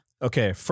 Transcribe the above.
Okay